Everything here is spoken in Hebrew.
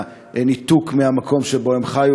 מהניתוק מהמקום שבו הם חיו.